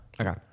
Okay